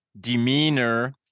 demeanor